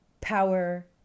power